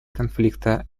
конфликта